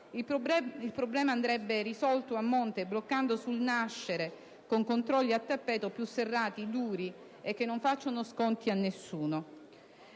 Il problema andrebbe risolto a monte, bloccando sul nascere con controlli a tappeto, più serrati, duri e che non facciano sconti a nessuno.